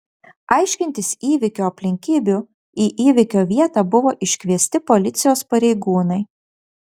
aiškintis įvykio aplinkybių į įvykio vietą buvo iškviesti policijos pareigūnai